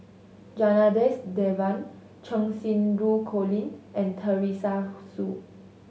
Janadas Devan Cheng Xinru Colin and Teresa Hsu